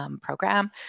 program